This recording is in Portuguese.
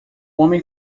homem